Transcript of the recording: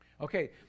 Okay